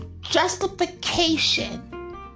justification